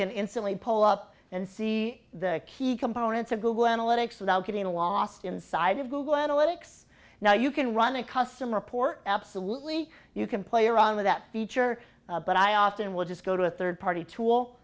can instantly pull up and see the key components of google analytics without getting lost inside of google analytics now you can run a custom report absolutely you can play around with that feature but i often will just go to a third party tool